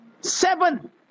Seven